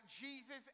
Jesus